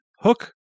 Hook